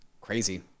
Crazy